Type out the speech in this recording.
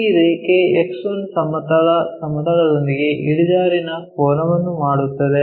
ಈ ರೇಖೆ X1 ಸಮತಲ ಸಮತಲದೊಂದಿಗೆ ಇಳಿಜಾರಿನ ಕೋನವನ್ನು ಮಾಡುತ್ತದೆ